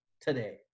today